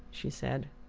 she said.